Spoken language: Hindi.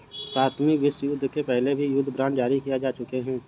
प्रथम विश्वयुद्ध के पहले भी युद्ध बांड जारी किए जा चुके हैं